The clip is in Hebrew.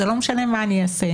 זה לא משנה מה אני אעשה,